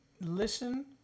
listen